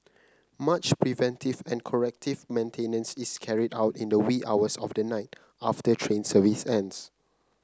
much preventive and corrective maintenance is carried out in the wee hours of the night after train service ends